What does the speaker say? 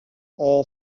all